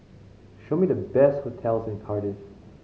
show me the best hotels in Cardiff